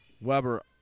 Weber